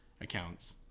accounts